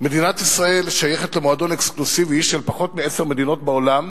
מדינת ישראל שייכת למועדון אקסקלוסיבי של פחות מעשר מדינות בעולם,